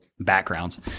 backgrounds